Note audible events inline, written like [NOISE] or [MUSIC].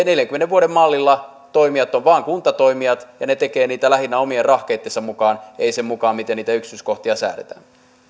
[UNINTELLIGIBLE] neljänkymmenen vuoden mallilla toimijoita ovat vain kuntatoimijat ja ne tekevät niitä lähinnä omien rahkeittensa mukaan eivät sen mukaan miten niitä yksityiskohtia säädetään